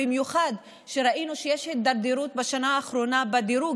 במיוחד שראינו שיש הידרדרות בשנה האחרונה בדירוג